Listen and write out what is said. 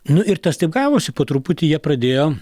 nu ir tas taip gavosi po truputį jie pradėjo